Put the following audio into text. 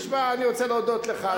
תשמע, אני רוצה להודות לך.